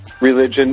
religion